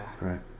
Right